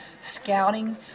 scouting